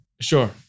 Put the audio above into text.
sure